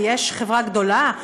כי יש חברה גדולה,